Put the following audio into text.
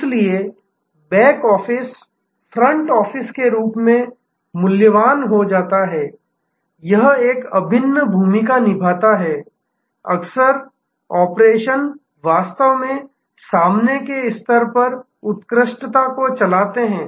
इसलिए back office front office के रूप में मूल्यवान हो जाता है यह एक अभिन्न भूमिका निभाता है अक्सर ऑपरेशन वास्तव में सामने के स्तर पर उत्कृष्टता को चलाते हैं